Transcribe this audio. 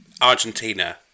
Argentina